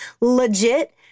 legit